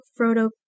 Frodo